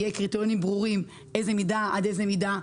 יהיו קריטריונים ברורים איזו מידה עד איזו מידה,